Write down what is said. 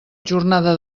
jornada